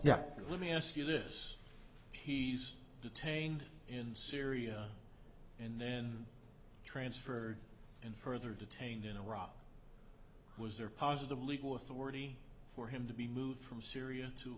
yeah let me ask you this he's detained in syria and then transferred and further detained in iraq was there positive legal authority for him to be moved from syria into